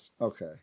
Okay